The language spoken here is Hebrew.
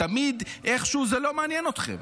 תמיד איכשהו זה לא מעניין אתכם.